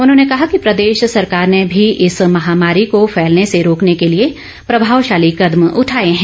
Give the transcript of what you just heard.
उन्होंने कहा कि प्रदेश सरकार ने भी इस महामारी को फैलने से रोकने के लिए प्रभावशाली कदम उठाए हैं